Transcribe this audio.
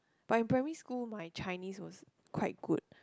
but in primary school my Chinese was quite good